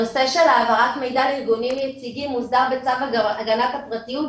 הנושא של העברת מידע לארגונים יציגים מוסדר בצו הגנת הפרטיות,